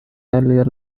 earlier